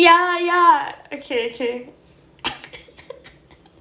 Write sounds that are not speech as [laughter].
ya ya okay okay [laughs]